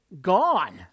gone